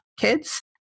kids